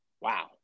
Wow